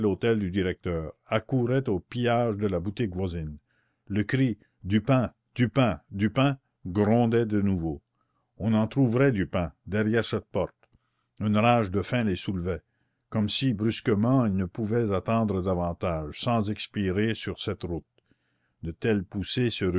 l'hôtel du directeur accouraient au pillage de la boutique voisine le cri du pain du pain du pain grondait de nouveau on en trouverait du pain derrière cette porte une rage de faim les soulevait comme si brusquement ils ne pouvaient attendre davantage sans expirer sur cette route de telles poussées se